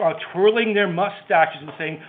ah twirling their mustaches and saying,